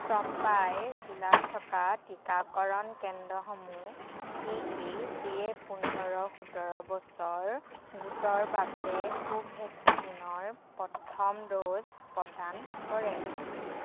চম্পাই জিলাত থকা টীকাকৰণ কেন্দ্ৰসমূহ কি কি যিয়ে পোন্ধৰ সোতৰ বছৰ বয়সৰ গোটৰ বাবে কোভেক্সিনৰ প্ৰথম ড'জ প্ৰদান কৰে